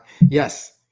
Yes